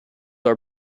are